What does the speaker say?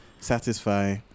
satisfy